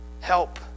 help